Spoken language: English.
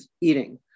eating